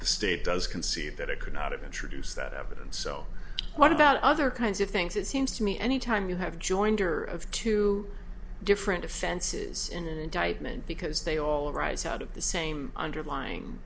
the state does concede that it could not introduce that evidence so what about other kinds of things it seems to me any time you have joined or of two different offenses in the indictment because they all arise out of the same underlying